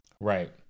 Right